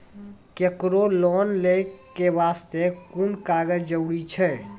केकरो लोन लै के बास्ते कुन कागज जरूरी छै?